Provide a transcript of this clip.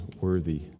worthy